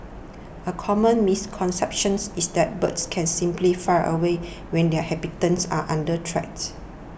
a common misconception is that birds can simply fly away when their habitats are under threat